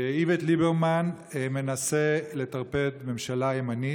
שאיווט ליברמן מנסה לטרפד ממשלה ימנית,